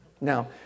Now